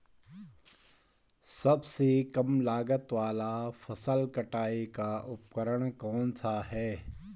सबसे कम लागत वाला फसल कटाई का उपकरण कौन सा है?